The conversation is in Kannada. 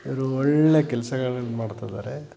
ಇವರು ಒಳ್ಳೆಯ ಕೆಲ್ಸಗಳ್ನ ಮಾಡ್ತಾ ಇದ್ದಾರೆ